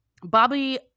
bobby